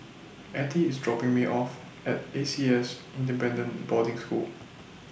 Ettie IS dropping Me off At A C S Independent Boarding School